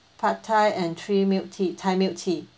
pad thai and three milk tea thai milk tea